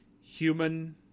human